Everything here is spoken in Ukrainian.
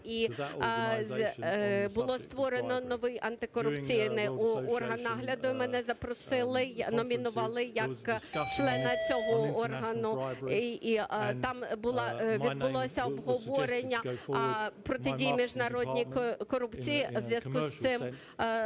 було створено новий антикорупційний орган нагляду. Мене запросили, номінували як члена цього органу і там була... відбулося обговорення протидії міжнародній корупції,